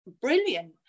brilliant